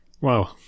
Wow